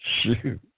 Shoot